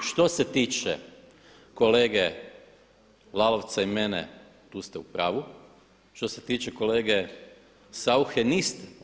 Što se tiče kolege Lalovca i mene tu ste u pravu, što se tiče kolege Sauche niste.